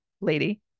lady